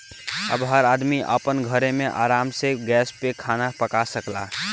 अब हर आदमी आपन घरे मे आराम से गैस पे खाना पका सकला